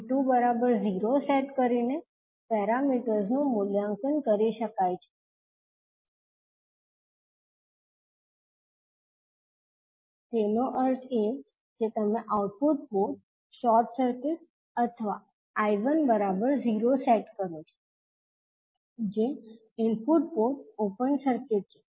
V2 0 set કરીને parameters નું મૂલ્યાંકન કરી શકાય છે તેનો અર્થ એ કે તમે આઉટપુટ પોર્ટ શોર્ટ સર્કિટ અથવા 𝐈1 0 સેટ કરો છો જે ઇનપુટ પોર્ટ ઓપન સર્કિટ છે